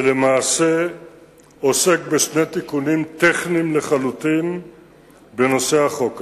שלמעשה עוסק בשני תיקונים טכניים לחלוטין בנושא החוק הזה: